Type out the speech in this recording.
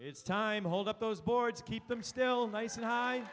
it's time hold up those boards keep them still nice and